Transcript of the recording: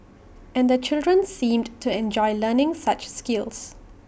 and the children seemed to enjoy learning such skills